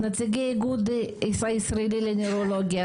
נציגי האיגוד הישראלי לנוירולוגיה,